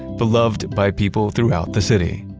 beloved by people throughout the city.